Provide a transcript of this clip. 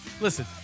Listen